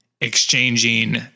exchanging